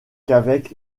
qu’avec